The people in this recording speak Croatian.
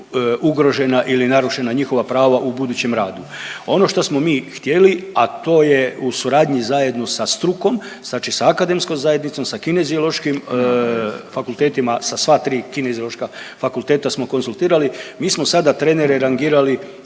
ugrožena ili narušena njihova prava u budućem radu. Ono što smo mi htjeli, a to je u suradnji zajedno sa strukom, znači sa akademskom zajednicom, sa Kineziološkim fakultetima, sa sva tri Kineziološka fakulteta smo konzultirali. Mi smo sada trenere rangirali